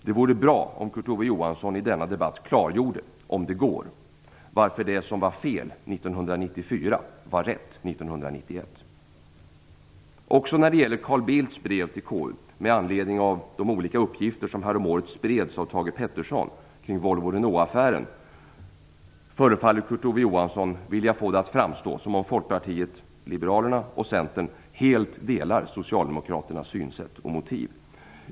Det vore bra om Kurt Ove Johansson i denna debatt klargjorde, om det går, varför det som var fel Också när det gäller Carl Bildts brev till KU med anledning av de olika uppgifter som häromåret spreds av Thage G Peterson kring Volvo-Renault-affären förefaller Kurt Ove Johansson vilja få det att framstå som om Folkpartiet liberalerna och Centern helt delar Socialdemokraternas synsätt och motiv.